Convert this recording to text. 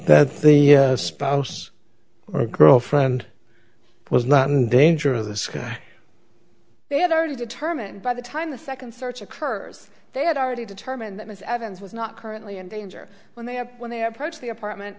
that the spouse or girlfriend was not in danger of the sky they have already determined by the time the second search occurs they had already determined that ms evans was not currently in danger when they have when they approach the apartment